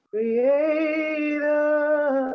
Creator